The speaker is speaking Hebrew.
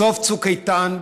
בסוף צוק איתן,